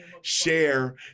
share